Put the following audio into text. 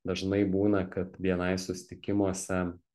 dažnai būna kad bni susitikimuose